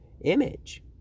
image